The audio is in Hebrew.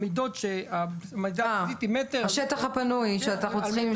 המידות --- השטח הפנוי שאנחנו צריכים,